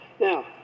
now